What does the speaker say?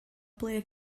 ble